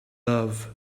love